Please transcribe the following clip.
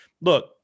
look